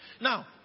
Now